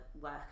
work